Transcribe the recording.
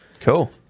Cool